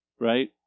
right